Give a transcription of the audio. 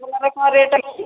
ରସଗୋଲାର କଣ ରେଟ୍ ଅଛି